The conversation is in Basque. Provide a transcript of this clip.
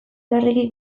larregi